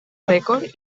rècord